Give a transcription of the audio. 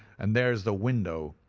and there is the window.